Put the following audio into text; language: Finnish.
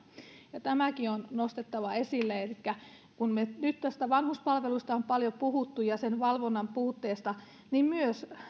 tämäkin on nostettava esille elikkä kun me nyt näistä vanhuspalveluista olemme paljon puhuneet ja niiden valvonnan puutteesta niin myös